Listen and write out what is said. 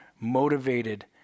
motivated